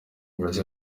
josé